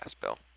Bill